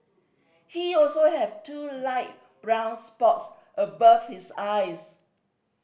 he also have two light brown spots above his eyes